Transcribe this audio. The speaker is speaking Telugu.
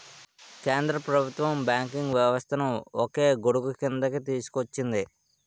కేంద్ర ప్రభుత్వం బ్యాంకింగ్ వ్యవస్థను ఒకే గొడుగుక్రిందికి తీసుకొచ్చింది